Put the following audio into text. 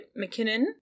McKinnon